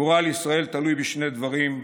"גורל ישראל תלוי בשני דברים: